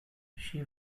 she